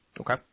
Okay